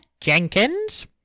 Jenkins